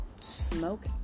smoke